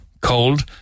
Cold